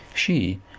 she,